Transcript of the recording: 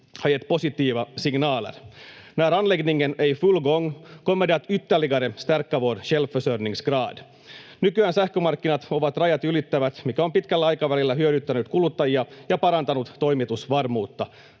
gett positiva signaler. När anläggningen är i full gång kommer det att ytterligare stärka vår självförsörjningsgrad. Nykyään sähkömarkkinat ovat rajat ylittävät, mikä on pitkällä aikavälillä hyödyttänyt kuluttajia ja parantanut toimitusvarmuutta.